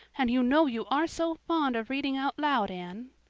and you know you are so fond of reading out loud, anne.